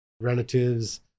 Relatives